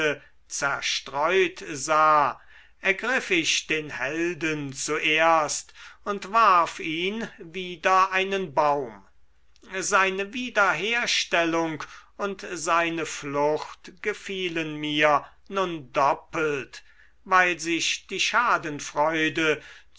zerstreut sah ergriff ich den helden zuerst und warf ihn wider einen baum seine wiederherstellung und seine flucht gefielen mir nun doppelt weil sich die schadenfreude